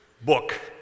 book